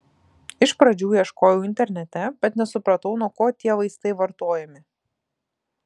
iš pradžių ieškojau internete bet nesupratau nuo ko tie vaistai vartojami